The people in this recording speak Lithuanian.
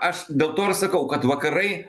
aš dėl to ir sakau kad vakarai